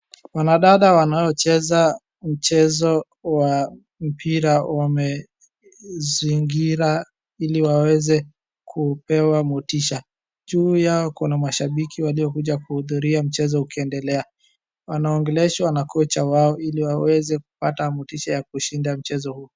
Wanadada wanaocheza mchezo wa mpira wamezingira ili waweze kupewa motisha. Juu yao kuna mashabiki waliokuja kuhudhuria mchezo ukiendelea, wanaongeleshwa na kocha wao ili waweze kupata motisha ya kushinda mchezo huu.